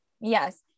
Yes